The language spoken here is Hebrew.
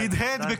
לפני